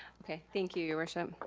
okay, thank you your worship.